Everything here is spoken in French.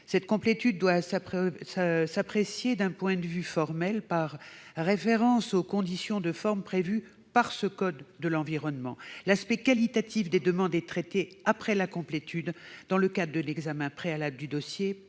Cette complétude doit s'apprécier d'un point de vue formel par référence aux conditions de forme prévues par le code de l'environnement. L'aspect qualitatif des demandes est traité, après la complétude, dans le cadre de l'examen préalable du dossier